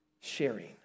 sharing